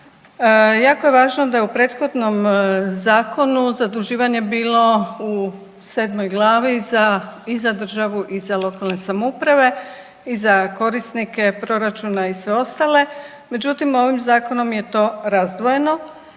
jako je važno da je u prethodnom zakonu zaduživanje bilo u 7. glavi za i za državu i za lokalne samouprave i za korisnike proračuna i sve ostale, međutim, ovim Zakonom je to razdvojeno,